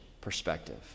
perspective